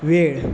वेळ